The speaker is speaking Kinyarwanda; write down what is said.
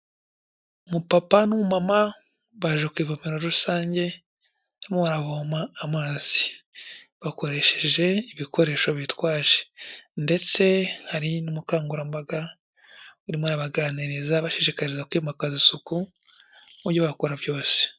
Umupapa n'umumama baje ku ivomero rusange, barimo baravoma amazi bakoresheje ibikoresho bitwaje ndetse hari n'umukangurambaga urimo urabaganiriza, abashishikariza kwimakaza isuku mu byo bakora byose.